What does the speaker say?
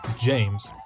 James